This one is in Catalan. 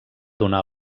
donar